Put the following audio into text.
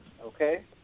okay